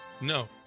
No